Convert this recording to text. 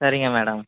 சரிங்க மேடம்